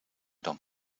dan